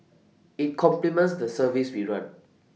IT complements the service we run